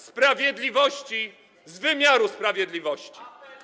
sprawiedliwości z wymiaru sprawiedliwości.